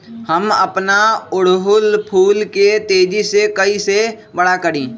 हम अपना ओरहूल फूल के तेजी से कई से बड़ा करी?